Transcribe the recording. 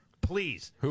Please